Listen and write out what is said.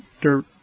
dirt